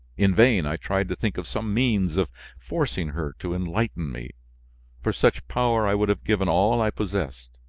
in vain, i tried to think of some means of forcing her to enlighten me for such power, i would have given all i possessed.